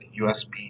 USB